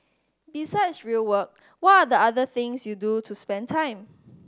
besides real work what are the other things you do to spend time